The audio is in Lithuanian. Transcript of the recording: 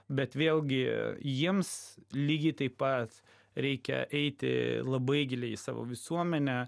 bet vėlgi jiems lygiai taip pat reikia eiti labai giliai į savo visuomenę